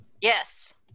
Yes